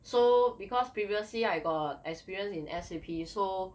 so because previously I got experience in S_A_P so